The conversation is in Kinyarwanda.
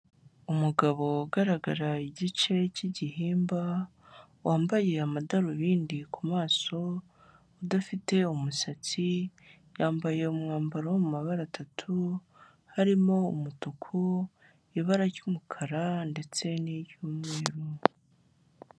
Umugabo ugaragara igice cy'igihimba wambaye amadarubindi ku maso, udafite umusatsi yambaye umwambaro mu mabara atatu, harimo umutuku, ibara ry'umukara ndetse n'iry'umweruru.